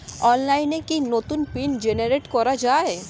অনলাইনে কি নতুন পিন জেনারেট করা যায়?